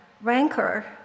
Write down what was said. rancor